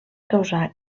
causar